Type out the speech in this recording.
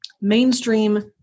mainstream